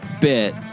bit